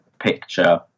picture